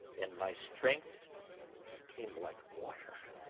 and my strength became like water.